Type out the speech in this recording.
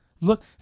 Look